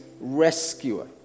rescuer